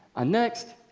ah next,